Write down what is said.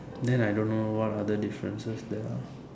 then I don't know what other differences there are